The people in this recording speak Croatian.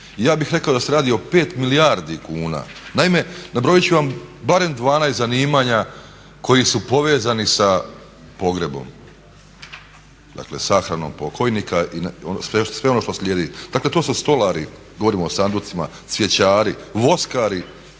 ja bih rekao da se radi o 5 milijardi kuna. Naime, nabrojit ću vam barem 12 zanimanja koji su povezani sa pogrebom, dakle sahranom pokojnika i sve ono što slijedi. Dakle, to su stolari, govorim o sanducima, cvjećari, voskari,